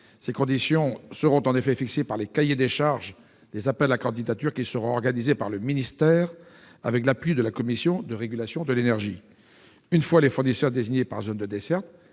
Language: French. Ces conditions seront en effet fixées par les cahiers des charges des appels à candidatures qui seront organisés par le ministère, avec l'appui de la Commission de régulation de l'énergie. Une fois les fournisseurs désignés par zone de desserte,